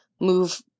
move